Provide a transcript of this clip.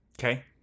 Okay